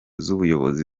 z’ubuyobozi